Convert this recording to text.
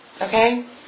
Okay